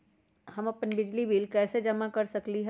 हम अपन बिजली बिल कैसे जमा कर सकेली?